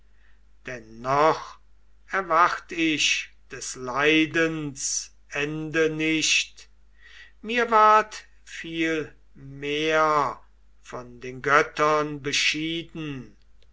noch erwart ich des leidens ende nicht mir ward viel mehr von den göttern beschieden